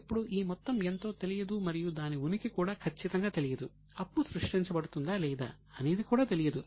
ఇప్పుడు ఈ మొత్తం ఎంతో తెలియదు మరియు దాని ఉనికి కూడా ఖచ్చితంగా తెలియదు అప్పు సృష్టించబడుతుందా లేదా అనేది కూడా తెలియదు